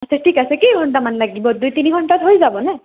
আচ্ছা ঠিক আছে কেইঘণ্টামান লাগিব দুই তিনি ঘণ্টাত হৈ যাবনে